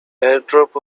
airdrop